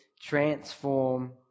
Transform